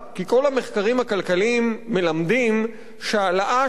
כי כל המחקרים הכלכליים מלמדים שהעלאה של